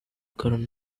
current